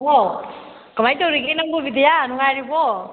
hello ꯀꯃꯥꯏꯅ ꯇꯧꯔꯤꯒꯦ ꯅꯪꯕꯣ ꯕꯤꯗꯤꯌꯥ ꯅꯨꯡꯉꯥꯏꯔꯤꯕꯣ